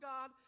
God